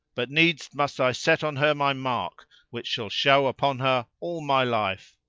but needs must i set on her my mark which shall show upon her all my life.